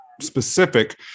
specific